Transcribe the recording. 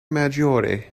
maggiore